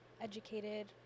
educated